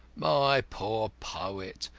my poor poet,